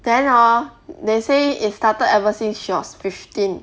then hor they say it started ever since she was fifteen